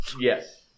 Yes